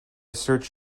search